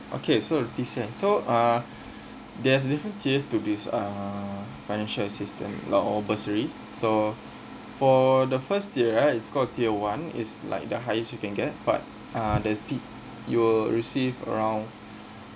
okay so repeat say so uh there's different tiers to this uh financial assistance a lot of bursary so for the first tier right it's called tier one is like the highest you can get but uh the p~ you'll receive around